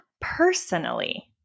personally